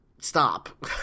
stop